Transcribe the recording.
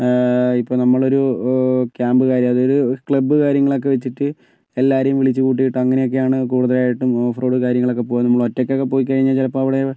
ഇപ്പം നമ്മള് ഒരു ക്യാബ് കാര്യം അതായത് ഒരു ക്ലബ് കാര്യങ്ങളൊക്കെ വെച്ചിട്ട് എല്ലാവരേയും വിളിച്ച് കൂട്ടിയിട്ട് അങ്ങനെ ഒക്കെയാണ് കൂടുതലായിട്ടും ഓഫ് റോഡും കാര്യങ്ങളും ഒക്കെ പോകുക നമ്മള് ഒറ്റയ്ക്ക് ഒക്കെ പോയി കഴിഞ്ഞാൽ ചിലപ്പോൾ അവിടെ